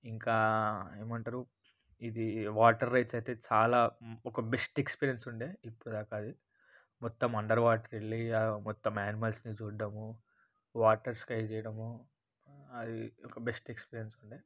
ఇంకా ఏమంటారు ఇది వాటర్ రేస్ అయితే చాలా ఒక బెస్ట్ ఎక్స్పీరియన్స్ ఉండే ఇప్పుడుదాకది మొత్తం అండర్ వాటర్కెళ్ళి మొత్తం యానిమల్స్ని చూడడము వాటర్ స్కై చేయడము అది ఒక బెస్ట్ ఎక్స్పీరియన్స్ ఉండే